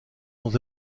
sont